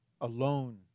alone